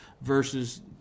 versus